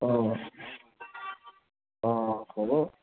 অঁ অঁ হ'ব